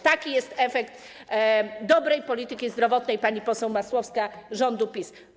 Taki jest efekt dobrej polityki zdrowotnej, pani poseł Masłowska, rządu PiS.